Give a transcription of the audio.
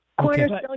Cornerstone